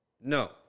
No